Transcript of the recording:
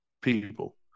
people